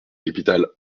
capitale